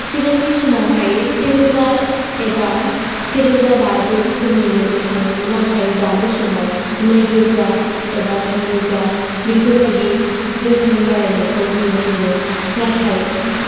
सिगांनि समावहाय सेरोजा एबा सेरोजा बाजौ फोरनि मोननो थाङोमोन नाथाय दानि समाव नैरोजा एबा थामरोजा बेफोर बायदि बेसेन बाराय नायखौ नुनो मोनदों नाथाय